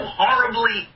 horribly